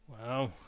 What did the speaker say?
Wow